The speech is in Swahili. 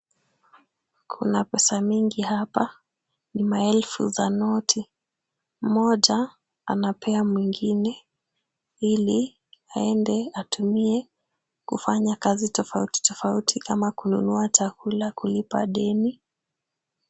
Kuna pesa mingi hapa, ni maelfu za noti. Mmoja anapea mwingine ili aende atumie kufanya kazi tofauti tofauti ama kununua chakula, kulipa deni.